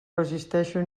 resisteixo